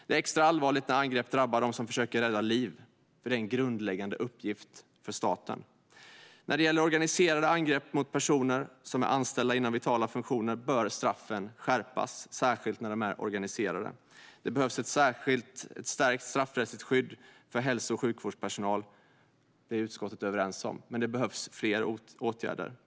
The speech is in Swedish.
Det är extra allvarligt när angrepp drabbar dem som försöker rädda liv, en grundläggande uppgift för staten. När det gäller organiserade angrepp mot personer som är anställda inom vitala funktioner bör straffen skärpas, särskilt när angreppen är organiserade. Det behövs ett stärkt straffrättsligt skydd för hälso och sjukvårdspersonal, det är utskottet överens om, men det behövs fler åtgärder.